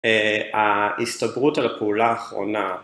ההסתברות על הפעולה האחרונה